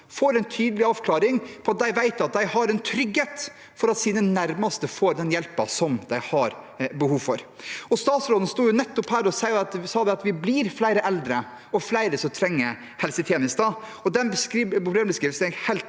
få en tydelig avklaring, slik at de har trygghet for at deres nærmeste får den hjelpen som de har behov for. Statsråden sto jo nettopp her og sa at vi blir flere eldre og flere som trenger helsetjenester. Den problembeskrivelsen